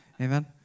Amen